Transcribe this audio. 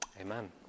Amen